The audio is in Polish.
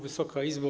Wysoka Izbo!